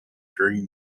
during